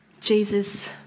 Jesus